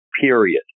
period